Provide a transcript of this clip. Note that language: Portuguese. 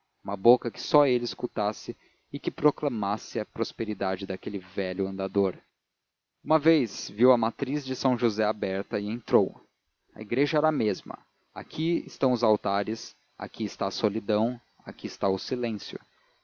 uma boca que só ele escutasse e que proclamasse a prosperidade daquele velho andador uma vez viu a matriz de são josé aberta e entrou a igreja era a mesma aqui estão os altares aqui está a solidão aqui está o silêncio